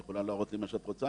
את יכולה להראות לי מה שאת רוצה,